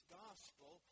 gospel